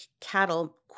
cattle